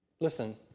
Listen